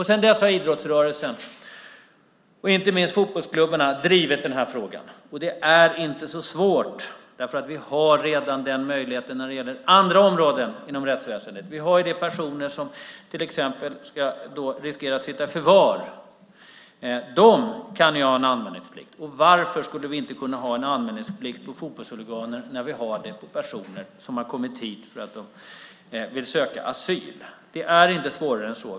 Sedan dess har idrottsrörelsen - inte minst fotbollsklubbarna - drivit den här frågan. Det är inte så svårt, för vi har redan denna möjlighet på andra områden i rättsväsendet. Vi har de personer som till exempel riskerar att sitta i förvar. De kan ju ha en anmälningsplikt. Varför skulle vi inte kunna ha en anmälningsplikt för fotbollshuliganer när vi har det för personer som har kommit hit för att de vill söka asyl? Det är inte svårare än så.